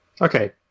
Okay